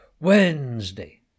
Wednesday